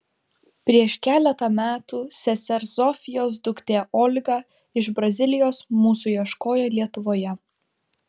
prieš keletą metų sesers zofijos duktė olga iš brazilijos mūsų ieškojo lietuvoje